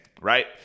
right